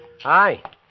Hi